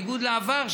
בניגוד לעבר,